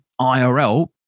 IRL